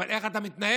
אבל איך אתה מתנהג,